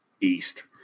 East